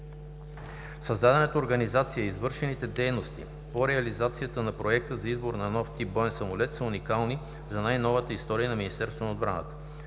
Създадената организация и извършените дейности по реализацията на Проекта за избор на нов тип боен самолет са уникални за най-новата история на Министерството на отбраната.